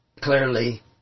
clearly